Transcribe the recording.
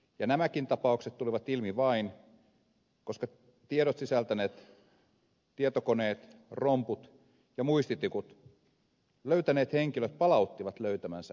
ja nämäkin tapaukset tulivat ilmi vain koska tiedot sisältäneet tietokoneet romput ja muistitikut löytäneet henkilöt palauttivat löytämänsä oikeaan osoitteeseen